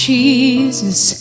Jesus